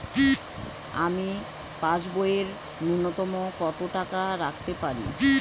আমি পাসবইয়ে ন্যূনতম কত টাকা রাখতে পারি?